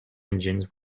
engines